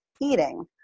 eating